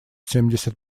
семьдесят